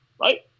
Right